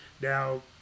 now